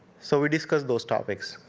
so we discussed those topics.